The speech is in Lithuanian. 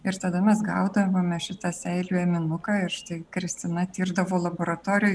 ir tada mes gaudavome šitą seilių ėminuką ir štai kristina tirdavo laboratorijoj